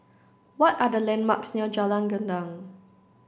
what are the landmarks near Jalan Gendang